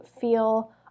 feel